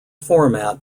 format